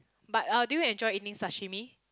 but uh do you enjoy eating sashimi